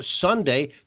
Sunday